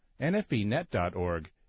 nfbnet.org